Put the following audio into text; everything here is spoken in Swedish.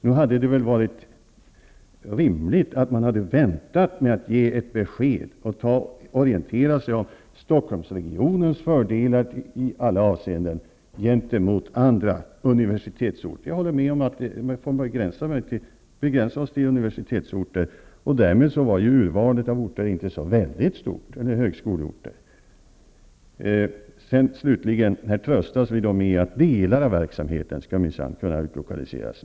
Nog hade det väl varit rimligt att man väntat med att ge besked tills man hade orienterat sig om Stockholmsregionens fördelar i alla avseenden i förhållande till andra universitetsorters fördelar. Jag håller med om att det var lämpligt att begränsa sig till högskoleorter, och därmed var ju inte urvalet så väldigt stort. Vi tröstas nu med att delar av verksamheten minsann skall kunna utlokaliseras.